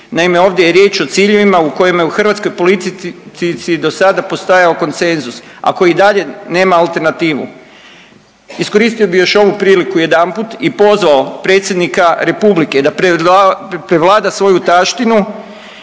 Naime, ovdje je riječ o ciljevima o kojima je u hrvatskoj politici do sada postajao koncenzus, a koji i dalje nema alternativu. Iskoristio bih još ovu priliku jedanput i pozvao Predsjednika Republike da prevlada svoju taštinu,